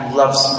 loves